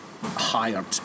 hired